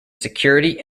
security